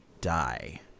die